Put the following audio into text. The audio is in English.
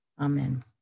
Amen